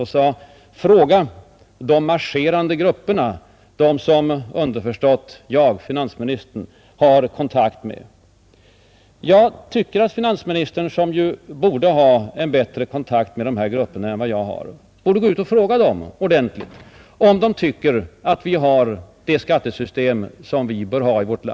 Han sade: Fråga de ”marscherande” grupperna som jag — dvs. finansministern — har kontakt med! Jag tycker att finansministern, som ju borde ha en bättre kontakt med dessa grupper än vad jag har, verkligen skulle gå ut och fråga dem ordentligt om de tycker att vi i vårt land har det skattesystem som vi bör ha.